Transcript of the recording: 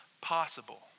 possible